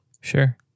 Sure